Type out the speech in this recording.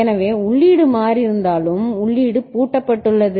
எனவே உள்ளீடு மாறியிருந்தாலும் உள்ளீடு பூட்டப்பட்டுள்ளது